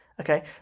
Okay